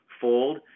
fold